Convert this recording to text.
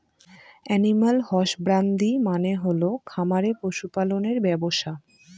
animal husbandry মানে হল খামারে পশু পালনের ব্যবসা